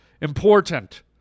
important